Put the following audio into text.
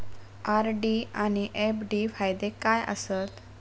RD आनि FD फायदे काय आसात?